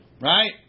Right